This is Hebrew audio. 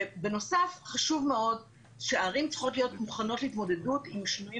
בנוסף חשוב מאוד שערים צריכות להיות מוכנות להתמודדות עם השינויים